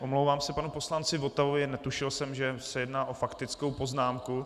Omlouvám se panu poslanci Votavovi, netušil jsem, že se jedná o faktickou poznámku.